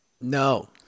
No